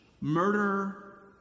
murderer